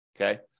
Okay